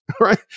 right